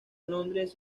londres